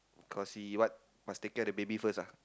cause he what must take care the baby first ah